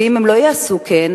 ואם הן לא יעשו כן,